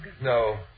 no